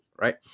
right